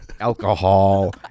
alcohol